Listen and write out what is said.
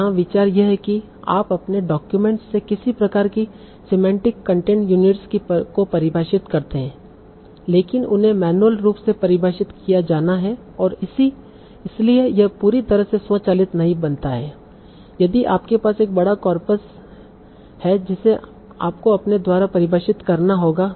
जहां विचार यह है कि आप अपने डाक्यूमेंट्स से किसी प्रकार की सिमेंटिक कंटेंट यूनिट्स को परिभाषित करते हैं लेकिन उन्हें मैन्युअल रूप से परिभाषित किया जाना है और इसीलिए यह पूरी तरह से स्वचालित नहीं बनता है यदि आपके पास एक बड़ा कॉर्पस है जिसे आपको अपने द्वारा परिभाषित करना होगा